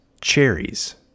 cherries